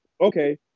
okay